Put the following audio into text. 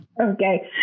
Okay